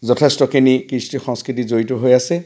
যথেষ্টখিনি কৃষ্টি সংস্কৃতি জড়িত হৈ আছে